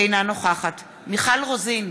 אינה נוכחת מיכל רוזין,